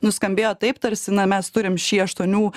nuskambėjo taip tarsi na mes turim šį aštuonių